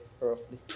roughly